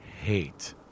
hate